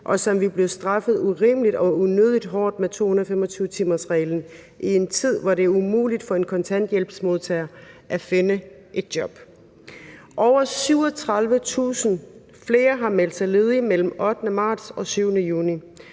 og som vil blive straffet urimeligt og unødig hårdt med 225-timersreglen i en tid, hvor det er umuligt for en kontanthjælpsmodtager at finde et job. Over 37.000 flere har meldt sig ledige mellem den 8. marts og den 7. juni,